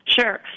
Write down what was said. Sure